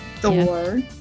Thor